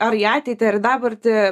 ar į ateitį ir į dabartį